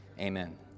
amen